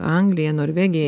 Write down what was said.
anglija norvegija